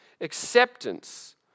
acceptance